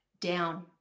down